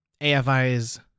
AFI's